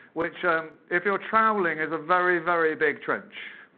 which, um if you're troweling, is a very, very big trench.